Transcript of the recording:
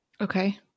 Okay